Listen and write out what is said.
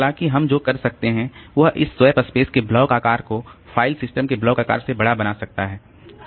हालाँकि हम जो कर सकते हैं वह इस स्वैप स्पेस के ब्लॉक आकार को फ़ाइल सिस्टम के ब्लॉक आकार से बड़ा बना सकता है